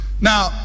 Now